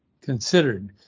considered